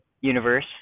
universe